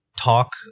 talk